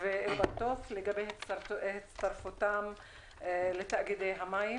ואל-בטוף לגבי הצטרפותן לתאגידי המים.